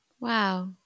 Wow